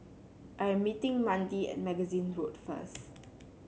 I am meeting Mandi at Magazine Road first